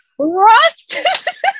Rust